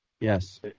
Yes